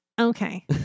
Okay